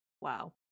Wow